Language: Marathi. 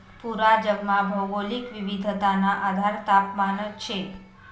पूरा जगमा भौगोलिक विविधताना आधार तापमानच शे